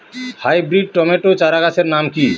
Hybrid tomato চারাগাছের নাম কি?